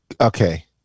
Okay